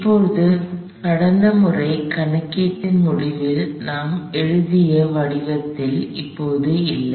இப்போது கடந்த முறை கணக்கீட்டின் முடிவில் நாம் எழுதிய வடிவத்தில் இது இல்லை